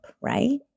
right